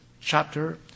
chapter